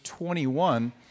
21